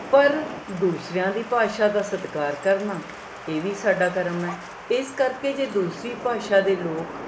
ਪਰ ਦੂਸਰਿਆਂ ਦੀ ਭਾਸ਼ਾ ਦਾ ਸਤਿਕਾਰ ਕਰਨਾ ਇਹ ਵੀ ਸਾਡਾ ਕਰਮ ਹੈ ਇਸ ਕਰਕੇ ਜੇ ਦੂਸਰੀ ਭਾਸ਼ਾ ਦੇ ਲੋਕ